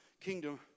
kingdom